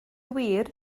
wir